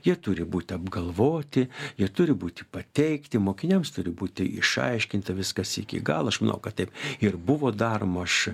jie turi būt apgalvoti jie turi būti pateikti mokiniams turi būti išaiškinta viskas iki galo aš manau kad taip ir buvo daroma aš